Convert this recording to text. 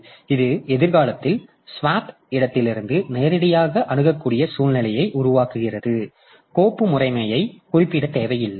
எனவே இது எதிர்காலத்தில் ஸ்வாப் இடத்திலிருந்து நேரடியாக அணுகக்கூடிய சூழ்நிலையை உருவாக்குகிறது இது கோப்பு முறைமையைக் குறிப்பிட தேவையில்லை